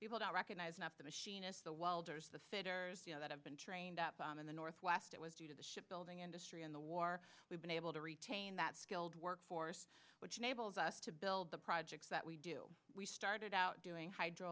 people don't recognize not the machinists the welders the fitters that have been trained up in the northwest it was due to the ship building industry in the war we've been able to retain that skilled workforce which enables us to build the projects that we do we started out doing hydro